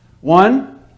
One